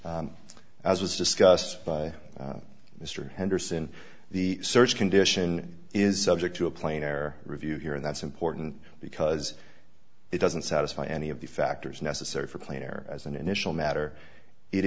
as was discussed by mr henderson the search condition is subject to a plane or review here and that's important because it doesn't satisfy any of the factors necessary for clean air as an initial matter it